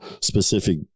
specific